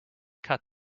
cut